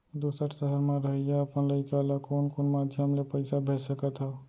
दूसर सहर म रहइया अपन लइका ला कोन कोन माधयम ले पइसा भेज सकत हव?